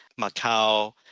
Macau